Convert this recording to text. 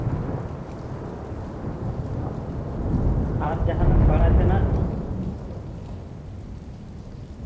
ᱟᱨ ᱡᱟᱦᱟᱱᱟᱜ ᱵᱟᱲᱟᱭ ᱛᱮᱱᱟᱜ